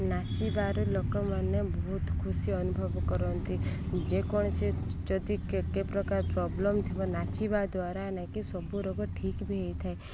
ନାଚିବାରୁ ଲୋକମାନେ ବହୁତ ଖୁସି ଅନୁଭବ କରନ୍ତି ଯେକୌଣସି ଯଦି କେ କେ ପ୍ରକାର ପ୍ରୋବ୍ଲେମ୍ ଥିବ ନାଚିବା ଦ୍ୱାରା ନାକି ସବୁ ରୋଗ ଠିକ୍ ବି ହେଇଥାଏ